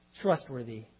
trustworthy